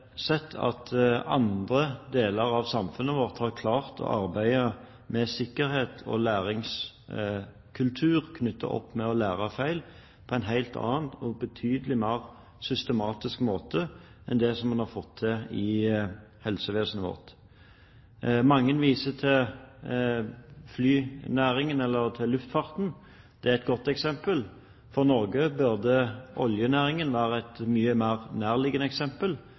klart arbeidet med sikkerhet og læringskultur, knyttet opp mot å lære av feil, på en helt annen og betydelig mer systematisk måte enn det som en har fått til i helsevesenet vårt. Mange viser til luftfarten, og det er et godt eksempel. For Norge burde oljenæringen være et mye mer nærliggende eksempel,